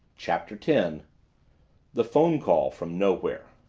chapter ten the phone call from nowhere